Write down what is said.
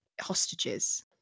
hostages